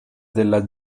della